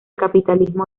capitalismo